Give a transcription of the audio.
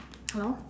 hello